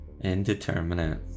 Indeterminate